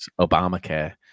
Obamacare